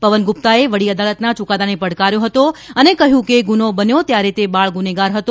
પવન ગુપ્તાએ વડી અદાલતના યુકાદાને પડકાર્યો હતો અને કહ્યું કે ગુનો બન્યો ત્યારે તે બાળ ગુનેગાર હતો